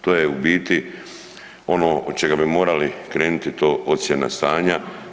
To je u biti ono od čega bi morali krenuti, to ocjena stanja.